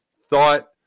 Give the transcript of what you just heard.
Thought